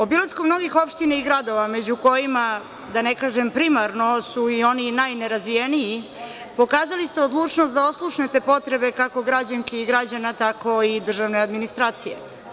Obilaskom novih opština i gradova među kojima, da ne kažem, primarno su i oni najnerazvijeniji, pokazali ste odlučnost da oslušnete potrebe kako građanki i građana tako i državne administracije.